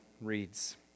reads